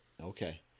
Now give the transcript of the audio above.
Okay